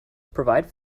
provide